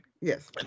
yes